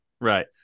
Right